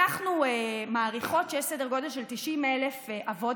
אנחנו מעריכות שיש סדר גודל של 90,000 אבות